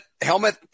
Helmet